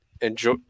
enjoy